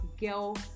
girl